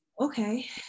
Okay